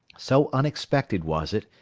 so unexpected was it,